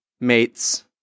mates